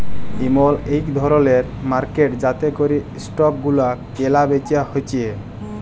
ইমল ইক ধরলের মার্কেট যাতে ক্যরে স্টক গুলা ক্যালা বেচা হচ্যে